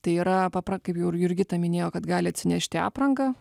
tai yra papra kaip jau ir jurgita minėjo kad gali atsinešti aprangą